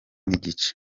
n’igice